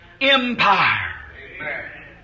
Empire